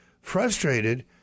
frustrated